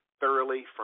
thoroughly